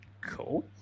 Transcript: cool